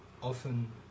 often